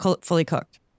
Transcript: fully-cooked